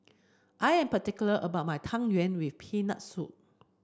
I am particular about my Tang Yuen with Peanut Soup